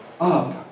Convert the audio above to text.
up